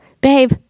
babe